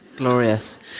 glorious